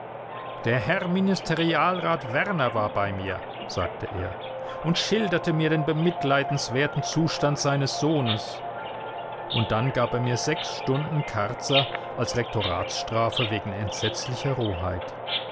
der herr ministerialrat werner war bei mir sagte er und schilderte mir den bemitleidenswerten zustand seines sohnes und dann gab er mir sechs stunden karzer als rektoratsstrafe wegen entsetzlicher roheit